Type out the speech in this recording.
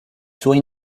suoi